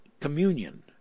communion